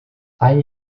ein